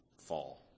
fall